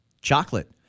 chocolate